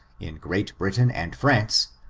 in great britain and france,